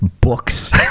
books